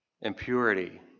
impurity